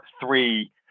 three